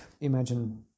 Imagine